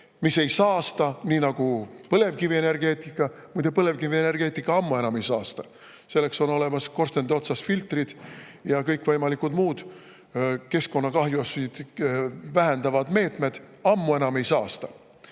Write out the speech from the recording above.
mis ei saasta nii nagu põlevkivienergeetika. Muide, põlevkivienergeetika ammu enam ei saasta, selleks on olemas filtrid korstende otsas ja kõikvõimalikud muud keskkonnakahjusid vähendavad meetmed. Ammu enam ei saasta!